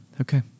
Okay